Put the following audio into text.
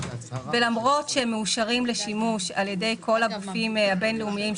ולמרות שהם מאושרים לשימוש על ידי כל הגופים הבין-לאומיים,